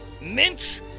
Minch